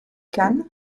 khan